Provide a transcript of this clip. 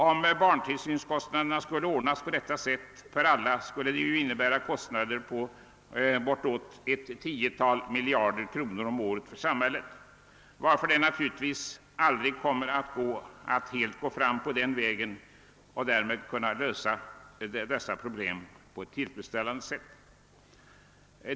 Om barntillsynen skulle ordnas på detta sätt för alla, skulle det innebära kostnader på bortåt ett tiotal miljarder kronor för samhället, varför det aldrig blir möjligt att på den vägen helt lösa detta problem på ett tillfredsställande sätt.